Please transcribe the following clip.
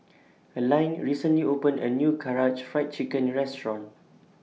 Elaine recently opened A New Karaage Fried Chicken Restaurant